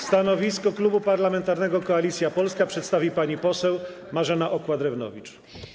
Stanowisko Klubu Parlamentarnego Koalicja Polska przedstawi pani poseł Marzena Okła-Drewnowicz.